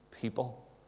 people